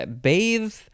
bathe